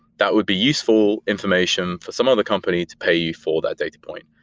that would be useful information for some other company to pay you for that data point.